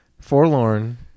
forlorn